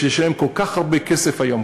כשיש להם כל כך הרבה כסף היום,